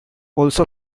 also